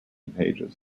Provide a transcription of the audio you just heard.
pages